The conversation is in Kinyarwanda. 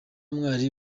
mwari